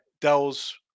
Dell's